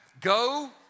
Go